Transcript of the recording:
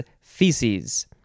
feces